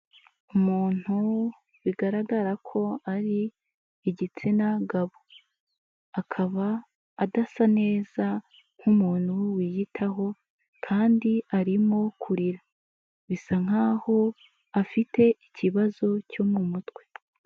Umuntu bigaragara ko ari igitsina gabo, akaba adasa neza nk'umuntu wiyitaho, kandi arimo kurira, bisa nkaho afite ikibazo cyo mu mutwe.